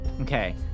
okay